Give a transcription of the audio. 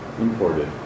Imported